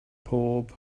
pob